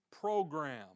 program